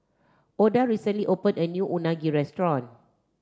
Oda recently opened a new unagi restaurant